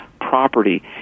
property